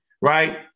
right